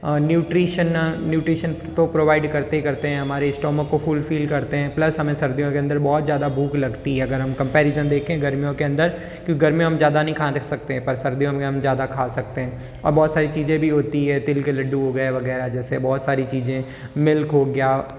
nutrition nutrition तो provide करते करते हमारे स्टमक को फुल फिल करते हैं प्लस हमें सर्दियों के अन्दर बहुत ज़्यादा भूख लगती है अगर हम कम्पैरिज़न कम्पैरिज़न देखें गर्मियों के अन्दर की गर्मियों के अन्दर हम ज़्यादा नहीं खा सकते है पर सर्दियों में हम ज़्यादा खा सकते है और बहुत सारी चीज़ें भी होती है तिल के लड्डू हो गए वगैरह वगैरह जैसे बहुत सारी चीज़ें मिल्क हो गया एक्सेक्ट्रा